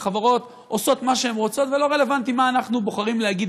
החברות עושות מה שהן רוצות ולא רלוונטי מה אנחנו בוחרים להגיד,